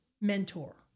mentor